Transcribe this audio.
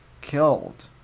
killed